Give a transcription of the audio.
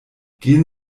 gehen